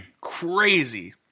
crazy